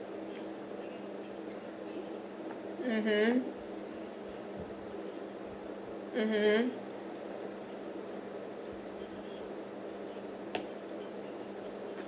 mmhmm mmhmm